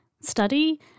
study